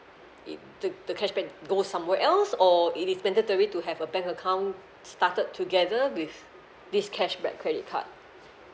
it the the cashback go somewhere else or it is mandatory to have a bank account started together with this cashback credit card